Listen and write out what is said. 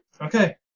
Okay